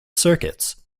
circuits